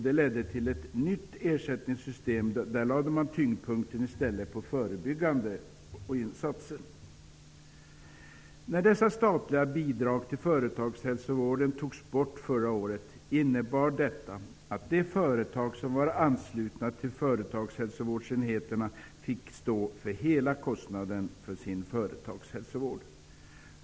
Det ledde till ett nytt ersättningssystem, där man i stället lade tyngdpunkten på förebyggande insatser. När dessa statliga bidrag till företagshälsovården togs bort förra året, innebar det att de företag som var anslutna till företagshälsovårdsenheterna fick stå för hela kostnaden för företagshälsovård.